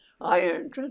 Iron